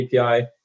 API